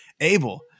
Abel